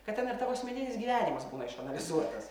kad ten ir tavo asmeninis gyvenimas būna išanalizuotas